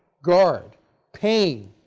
guard paine,